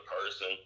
person